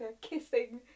kissing